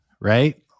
right